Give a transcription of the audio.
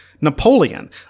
Napoleon